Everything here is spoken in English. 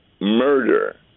murder